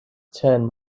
turn